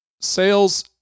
sales